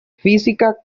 física